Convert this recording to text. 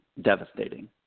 devastating